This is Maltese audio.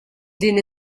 din